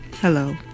Hello